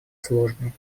сложной